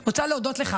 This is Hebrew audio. אני רוצה להודות לך